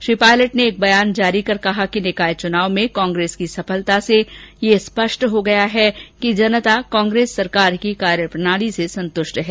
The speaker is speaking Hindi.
श्री पायलट ने एक बयान जारी कर कहा कि निकाय चुनाव में कांग्रेस की सफलता से यह स्पष्ट हो गया है कि जनता कांग्रेस सरकार की कार्यप्रणाली से संतुष्ट है